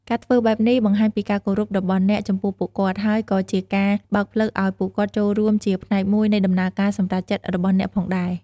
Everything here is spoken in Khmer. ការធ្វើបែបនេះបង្ហាញពីការគោរពរបស់អ្នកចំពោះពួកគាត់ ហើយក៏ជាការបើកផ្លូវឱ្យពួកគាត់ចូលរួមជាផ្នែកមួយនៃដំណើរការសម្រេចចិត្តរបស់អ្នកផងដែរ។